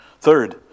Third